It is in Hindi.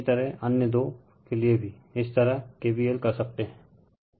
इसी तरह अन्य दोरिफर टाइम 2334 के लिए भी इसी तरह KVL कर सकतेहैं